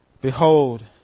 Behold